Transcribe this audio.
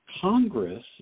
Congress